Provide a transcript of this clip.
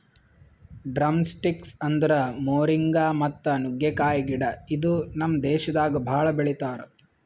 drumsticks ಅಂದುರ್ moringa ಮತ್ತ ನುಗ್ಗೆಕಾಯಿ ಗಿಡ ಇದು ನಮ್ ದೇಶದಾಗ್ ಭಾಳ ಬೆಳಿತಾರ್